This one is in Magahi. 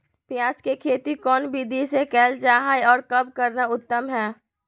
प्याज के खेती कौन विधि से कैल जा है, और कब करना उत्तम है?